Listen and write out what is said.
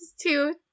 Two